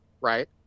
right